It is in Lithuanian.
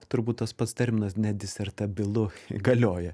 turbūt tas pats terminas nedisertabilu galioja